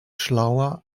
schlauer